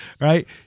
right